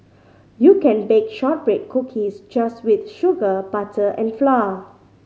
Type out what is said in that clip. you can bake shortbread cookies just with sugar butter and flour